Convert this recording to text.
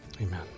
Amen